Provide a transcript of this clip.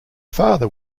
father